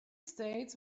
states